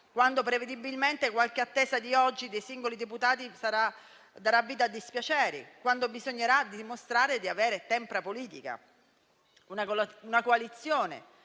quando prevedibilmente qualche attesa di oggi dei singoli deputati darà vita a dispiaceri; quando bisognerà dimostrare di avere tempra politica. Una coalizione